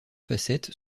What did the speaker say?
facettes